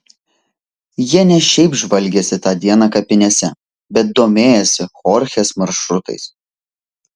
jie ne šiaip žvalgėsi tą dieną kapinėse bet domėjosi chorchės maršrutais